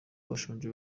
bashonje